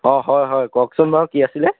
অঁ হয় হয় কওকচোন বাৰু কি আছিলে